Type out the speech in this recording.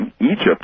Egypt